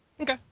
Okay